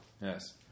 Yes